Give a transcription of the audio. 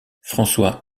françois